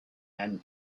and